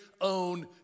own